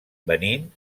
benín